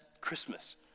Christmas